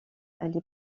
ali